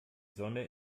sonne